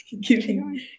giving